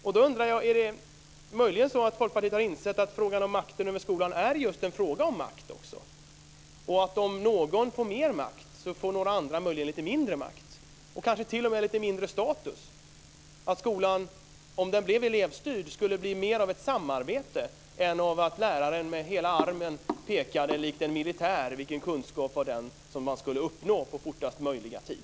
Jag undrar om Folkpartiet möjligen har insett att frågan om makten över skolan är just en fråga om makt också och att om någon får mer makt så får några andra möjligen lite mindre makt och kanske t.o.m. lite mindre status. Om skolan blev elevstyrd skulle den bli mer av ett samarbete än av att läraren med hela armen pekade likt en militär på vilken kunskap som man skulle uppnå på kortast möjliga tid.